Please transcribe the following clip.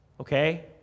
Okay